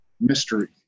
mystery